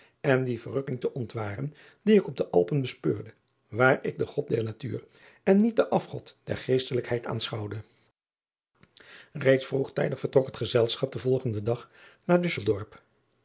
en die verrukking te ontwaren die ik op de lpen bespeurde waar ik den od der atuur en niet den afgod der eestelijkheid aanschouwde driaan oosjes zn et leven van aurits ijnslager eeds vroegtijdig vertrok het reisgezelschap den volgenden dag naar usseldorp erst